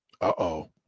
Uh-oh